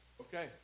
Okay